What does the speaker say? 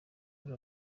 paul